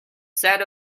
said